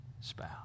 spouse